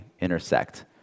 intersect